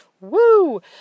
Woo